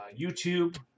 YouTube